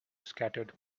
scattered